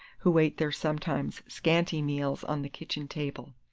who ate their sometimes scanty meals on the kitchen table!